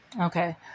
Okay